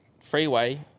freeway